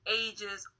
ages